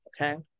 okay